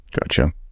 Gotcha